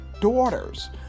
daughters